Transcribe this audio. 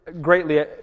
greatly